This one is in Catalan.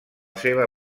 seva